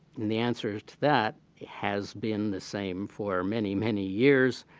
the answer to that has been the same for many, many years,